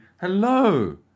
Hello